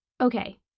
Okay